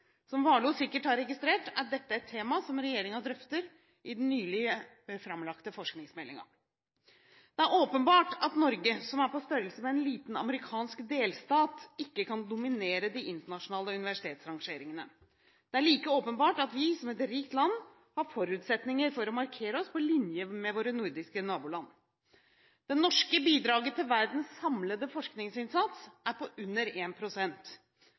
Som Warloe sikkert har registrert, er dette et tema regjeringen drøfter i den nylig framlagte forskningsmeldingen. Det er åpenbart at Norge, som er på størrelse med en liten amerikansk delstat, ikke kan dominere de internasjonale universitetsrangeringene. Det er like åpenbart at vi som et rikt land har forutsetninger for å markere oss på linje med våre nordiske naboland. Det norske bidraget til verdens samlede forskningsinnsats er på under én prosent, og en